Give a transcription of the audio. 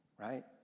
Right